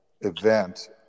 event